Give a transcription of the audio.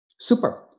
Super